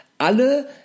Alle